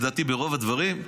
לדעתי ברוב הדברים.